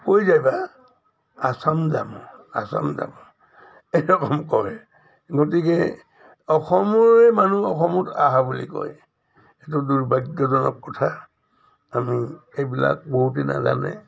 কৈ যায় বা আচাম জামো আচাম জামো এ ৰকম কৰে গতিকে অসমৰে মানুহ অসমত হা বুলি কয় এইটো দুৰ্ভাগ্যজনক কথা আমি এইবিলাক বহুতে নাজানে